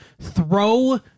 throw